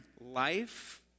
life